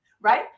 right